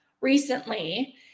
recently